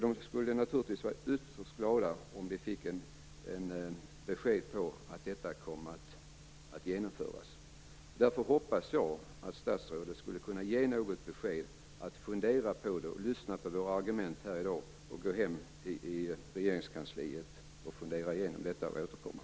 De skulle naturligtvis vara ytterst glada om vi fick ett besked om att detta kommer att genomföras. Därför hoppas jag att statsrådet lyssnar på våra argument här i dag, går hem till Regeringskansliet och funderar igenom detta och återkommer.